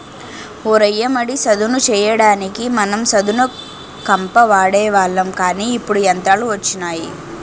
ఓ రయ్య మడి సదును చెయ్యడానికి మనం సదును కంప వాడేవాళ్ళం కానీ ఇప్పుడు యంత్రాలు వచ్చినాయి